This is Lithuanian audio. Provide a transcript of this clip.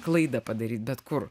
klaidą padaryt bet kur